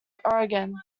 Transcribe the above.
oregon